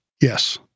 Yes